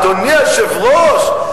אדוני היושב-ראש,